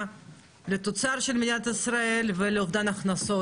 על התוצר של מדינת ישראל וגורמת לאובדן הכנסות.